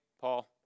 Paul